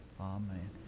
amen